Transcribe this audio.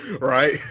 Right